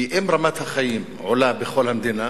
כי אם רמת החיים עולה בכל המדינה,